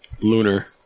lunar